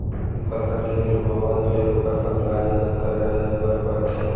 फसल के लुवावत ले ओखर सकला जतन करे बर परथे